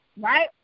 right